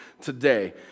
today